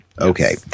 Okay